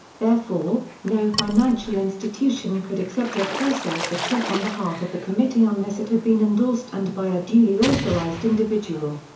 therefore, no financial institution could accept or process a check on behalf of the committee unless it had been endorsed and by a duly authorized individual.